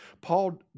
Paul